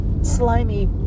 Slimy